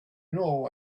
know